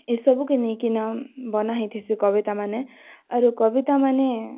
ଏ ସବୁକେ ନେଇକିନାଁ ବନାହେଇଥିସି କବିତାମାନେ ଆରୁ କବିତାମାନେ